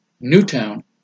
Newtown